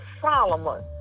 Solomon